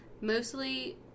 mostly